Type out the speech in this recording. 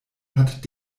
hat